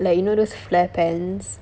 like you know those flare pants